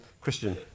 Christian